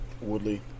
Woodley